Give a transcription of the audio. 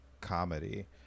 comedy